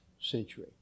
century